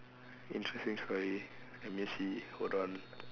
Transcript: interesting story let me see hold on